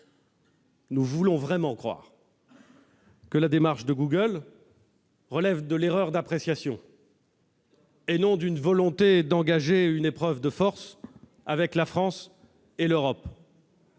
Nous voulons vraiment croire que la démarche de Google relève de l'erreur d'appréciation, et non de la volonté d'engager une épreuve de force avec la France et l'Europe.